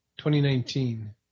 2019